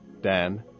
Dan